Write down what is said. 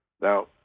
now